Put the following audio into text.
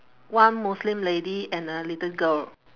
one muslim lady and a little girl